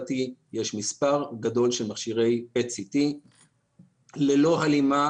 יש מספר גדול של מכשירי PET CT ללא הלימה